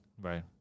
Right